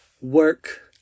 work